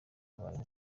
abayeho